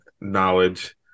knowledge